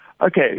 Okay